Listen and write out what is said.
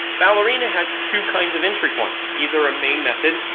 ballerina has two kinds of entry points, either a main method,